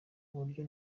kuburyo